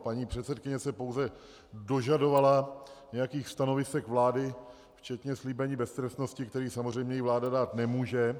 Paní předsedkyně se pouze dožadovala nějakých stanovisek vlády, včetně slíbení beztrestnosti, které jí samozřejmě vláda dát nemůže.